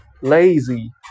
LAZY